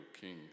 king